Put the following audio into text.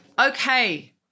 Okay